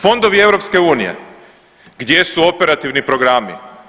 Fondovi EU, gdje su operativni programi?